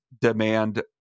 demand